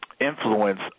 influence